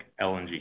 LNG